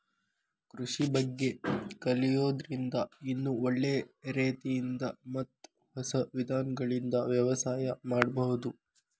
ಕೃಷಿ ಬಗ್ಗೆ ಕಲಿಯೋದ್ರಿಂದ ಇನ್ನೂ ಒಳ್ಳೆ ರೇತಿಯಿಂದ ಮತ್ತ ಹೊಸ ವಿಧಾನಗಳಿಂದ ವ್ಯವಸಾಯ ಮಾಡ್ಬಹುದು